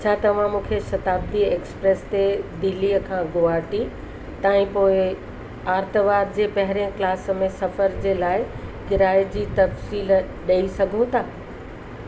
छा तव्हां मूंखे शताब्दी एक्सप्रेस ते दिल्लीअ खां गुवाहाटी ताईं पोइ आरितुवार जे पहिरें क्लास में सफ़र जे लाइ किराए जी तफ़सील ॾेई सघो था